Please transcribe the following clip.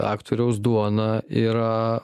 aktoriaus duona yra